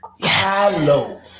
Hello